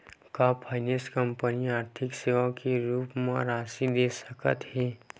का finance company आर्थिक सेवा के रूप म राशि दे सकत हे?